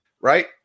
right